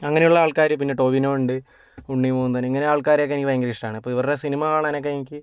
അങ്ങനെ ഉള്ള ആൾക്കാര് പിന്നെ ടോവിനോ ഉണ്ട് ഉണ്ണി മുകുന്ദൻ ഇങ്ങനെ ആൾക്കാരെ ഒക്കെ എനിക്ക് ഭയങ്കര ഇഷ്ടമാണ് അപ്പോൾ ഇവരുടെ സിനിമ കാണാനാക്കെ എനിക്ക്